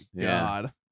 God